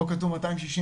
פה כתוב 263,